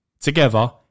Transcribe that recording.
together